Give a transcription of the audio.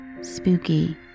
spooky